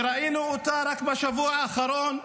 וראינו אותה רק בשבוע האחרון,